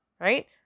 right